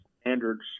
standards